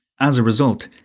as a result,